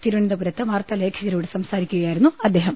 തിരുവനന്ത പുരത്ത് വാർത്താലേഖകരോട് സംസാരിക്കുകയായിരുന്നു അദ്ദേഹം